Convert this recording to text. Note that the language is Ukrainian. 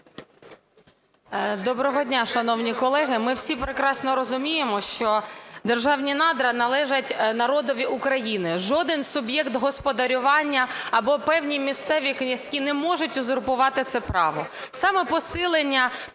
Доброго дня, шановні колеги! Ми всі прекрасно розуміємо, що державні надра належать народові України. Жоден суб'єкт господарювання або певні "місцеві князьки" не можуть узурпувати це право.